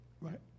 right